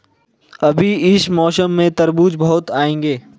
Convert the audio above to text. अभी इस मौसम में तरबूज बहुत आएंगे